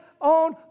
on